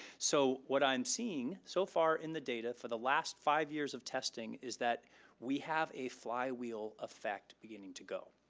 so what i'm seeing so far in the data for the last five years of testing, is that we have a fly wheel effect beginning to go,